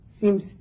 seems